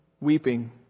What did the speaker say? weeping